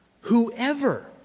whoever